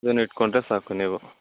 ಇದ್ನ ಇಟ್ಟುಕೊಂಡ್ರೆ ಸಾಕು ನೀವು